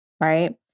Right